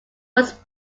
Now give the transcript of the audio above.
was